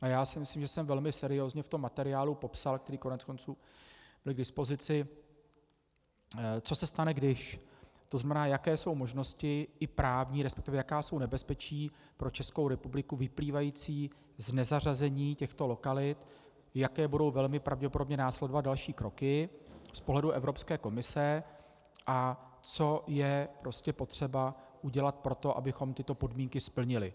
A já si myslím, že jsem velmi seriózně v tom materiálu popsal, který koneckonců byl k dispozici, co se stane když to znamená, jaké jsou možnosti i právní, respektive jaká jsou nebezpečí pro Českou republiku vyplývající z nezařazení těchto lokalit, jaké budou velmi pravděpodobně následovat další kroky z pohledu Evropské komise a co je prostě potřeba udělat pro to, abychom tyto podmínky splnili.